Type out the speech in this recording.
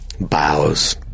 bows